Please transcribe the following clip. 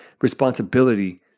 responsibility